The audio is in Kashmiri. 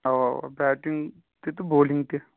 اَوا اَوا بیٹِنٛگ تہِ تہٕ بولِنٛگ تہِ